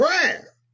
prayer